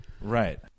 Right